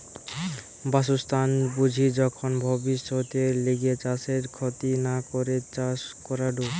বাসস্থান বুঝি যখন ভব্যিষতের লিগে চাষের ক্ষতি না করে চাষ করাঢু